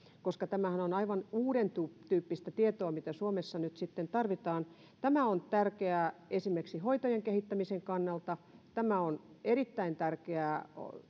koska tämähän on suomessa aivan uudentyyppistä tietoa mitä nyt tarvitaan tämä on tärkeää esimerkiksi hoitojen kehittämisen kannalta tämä on erittäin tärkeää